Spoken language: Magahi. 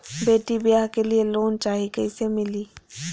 बेटी ब्याह के लिए लोन चाही, कैसे मिली?